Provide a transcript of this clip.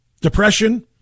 depression